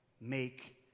make